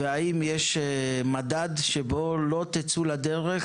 האם יש מדד שבו לא תצאו לדרך